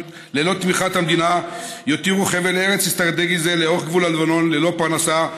תמיכת המדינה יותירו חבל ארץ אסטרטגי זה לאורך גבול הלבנון ללא פרנסה,